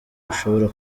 bushobora